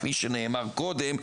כפי שנאמר קודם,